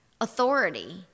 authority